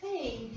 Hey